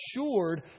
assured